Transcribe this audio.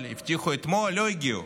הבטיחו אתמול, לא הגיעו.